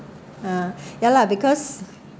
ya lah because